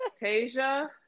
Tasia